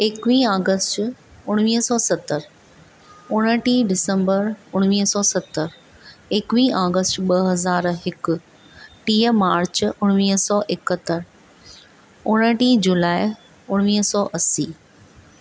एकवीह ऑगस्त उणिवीह सौ सतरि उणटीह दिसंबर उणिवीह सौ सतरि एकवीह ऑगस्त ॿ हज़ार हिकु टीह मार्च उणिवीह सौ एकहतरि उणटीह जुलाई उणिवीह सौ असीं